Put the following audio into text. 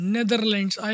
Netherlands